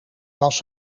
was